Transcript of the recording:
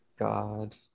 God